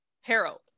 Harold